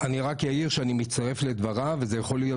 אני רק אעיר שאני מצטרף לדבריו וזו יכולה להיות